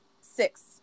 Six